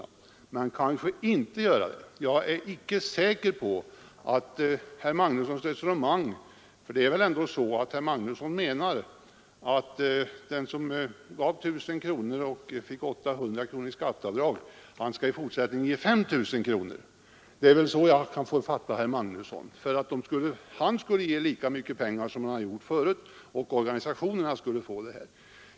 Ja, det kanske när allt kommer omkring inte blir några mer pengar för dem, för jag är inte säker på att herr Magnusson i Borås har rätt i sitt resonemang. Herr Magnusson menar väl att den som gav 1 000 kronor och fick 800 kronor i skatteavdrag i fortsättningen skall ge 5 000 kronor. Det är väl så jag skall fatta herr Magnusson? Han skulle ge ett bidrag som kostar honom lika mycket som den gåva han gett tidigare, och organisationerna skulle då få detta högre belopp.